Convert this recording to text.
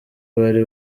bari